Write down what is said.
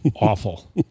awful